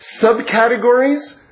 subcategories